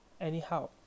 Anyhow